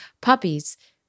puppies